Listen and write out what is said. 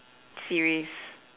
series